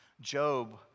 Job